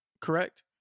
Correct